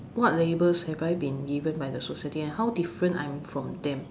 what labels have I been given by the society and how different I'm from them